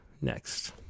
next